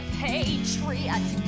patriot